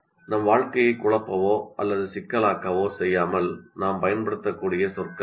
நம் வாழ்க்கையை குழப்பவோ அல்லது சிக்கலாக்கவோ செய்யாமல் நாம் பயன்படுத்தக்கூடிய சொற்கள் அவை